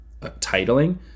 titling